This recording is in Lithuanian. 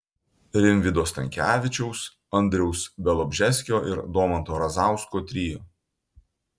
rimvydo stankevičiaus andriaus bialobžeskio ir domanto razausko trio